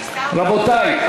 רבותי,